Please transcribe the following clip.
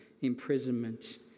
imprisonment